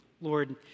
Lord